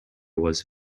was